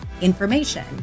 information